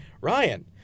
Ryan